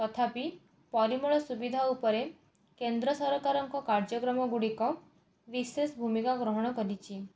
ତଥାପି ପରିମଳ ସୁବିଧା ଉପରେ କେନ୍ଦ୍ର ସରକାରଙ୍କ କାର୍ଯ୍ୟକ୍ରମ ଗୁଡ଼ିକ ବିଶେଷ ଭୂମିକା ଗ୍ରହଣ କରିଛି